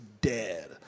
dead